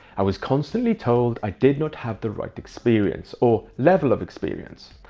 i was constantly told i did not have the right experience or level of experience.